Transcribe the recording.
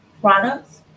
products